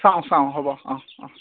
চাওঁ চাওঁ হ'ব অঁ অঁ